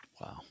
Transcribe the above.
Wow